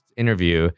interview